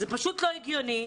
זה פשוט לא הגיוני.